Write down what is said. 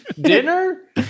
dinner